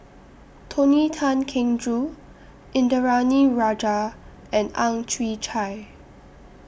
Tony Tan Keng Joo Indranee Rajah and Ang Chwee Chai